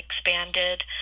expanded